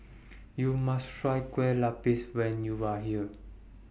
YOU must Try Kueh Lapis when YOU Are here